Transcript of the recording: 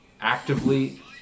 actively